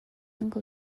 uncle